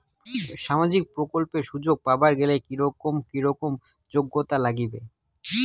সামাজিক প্রকল্পের সুযোগ পাবার গেলে কি রকম কি রকম যোগ্যতা লাগিবে?